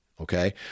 Okay